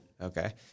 Okay